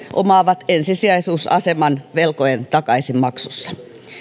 omaavat ensisijaisuusaseman velkojen takaisinmaksussa